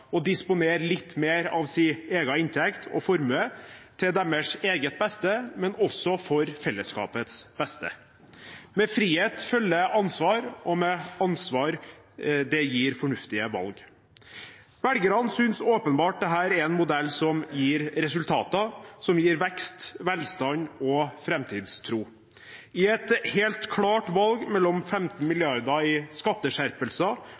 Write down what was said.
å disponere litt mer av sin egen inntekt og formue til eget beste, og også til fellesskapets beste. Med frihet følger ansvar, og ansvar gir fornuftige valg. Velgerne synes åpenbart dette er en modell som gir resultater, som gir vekst, velstand og framtidstro. I et helt klart valg mellom 15 mrd. kr i skatteskjerpelser